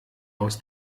aus